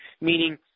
Meaning